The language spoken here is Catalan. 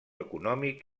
econòmic